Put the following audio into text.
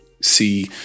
see